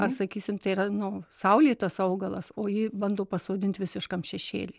ar sakysim tai yra nu saulėtas augalas o ji bando pasodint visiškam šešėly